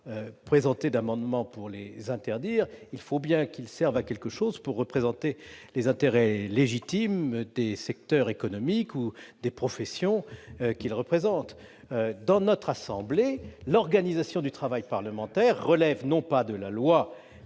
présenté d'amendement visant à les interdire, monsieur Labbé, il faut bien qu'ils servent à quelque chose et qu'ils représentent les intérêts légitimes des secteurs économiques ou des professions qu'ils défendent. Au sein de notre assemblée, l'organisation du travail parlementaire relève non de la loi